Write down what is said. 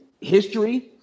history